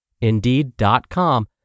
Indeed.com